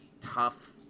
tough